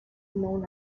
known